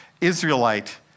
Israelite